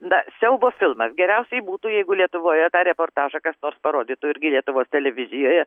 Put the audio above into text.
na siaubo filmas geriausiai būtų jeigu lietuvoje tą reportažą kas nors parodytų irgi lietuvos televizijoje